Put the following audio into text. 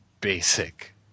basic